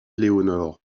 éléonore